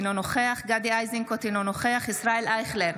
אינו נוכח גדי איזנקוט, אינו נוכח ישראל אייכלר,